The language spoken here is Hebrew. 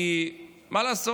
כי מה לעשות?